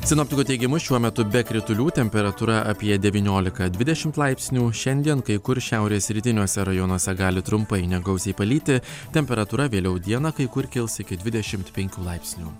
sinoptikų teigimu šiuo metu be kritulių temperatūra apie devyniolika dvidešimt laipsnių šiandien kai kur šiaurės rytiniuose rajonuose gali trumpai negausiai palyti temperatūra vėliau dieną kai kur kils iki dvidešimt penkių laipsnių